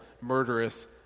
murderous